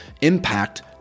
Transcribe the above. impact